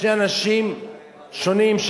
שני אנשים שונים,